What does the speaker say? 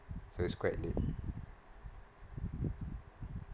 so it's quite late